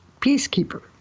peacekeeper